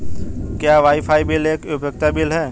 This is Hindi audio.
क्या वाईफाई बिल एक उपयोगिता बिल है?